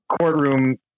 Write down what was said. courtroom